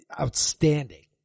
outstanding